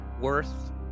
worth